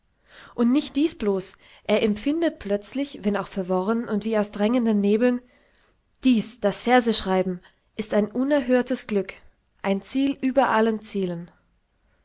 und nicht dies blos er empfindet plötzlich wenn auch verworren und wie aus drängenden nebeln dies das verseschreiben ist ein unerhörtes glück ein ziel über allen zielen